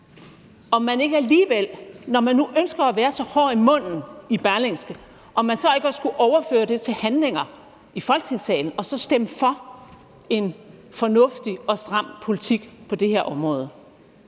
om man ikke alligevel, når man nu ønsker at være så hård i munden i Berlingske, kunne overføre det til handlinger i Folketingssalen og så stemme for en fornuftig og stram politik på det her område.